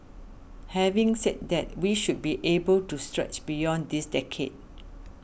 having said that we should be able to stretch beyond this decade